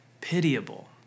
pitiable